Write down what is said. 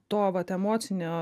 to vat emocinio